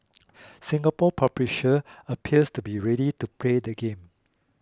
Singapore publisher appears to be ready to play the game